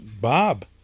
Bob